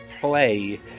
play